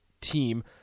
team